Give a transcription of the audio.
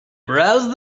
browsed